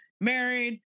married